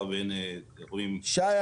שי,